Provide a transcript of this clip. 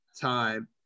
time